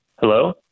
Hello